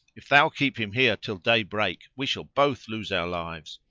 if thou keep him here till day break we shall both lose our lives.